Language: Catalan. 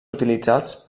utilitzats